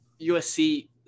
USC